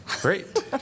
Great